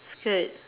skirt